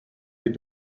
est